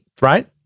right